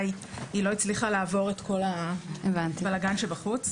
היי, היא לא הצליחה לעבור את כל הבלגן שבחוץ.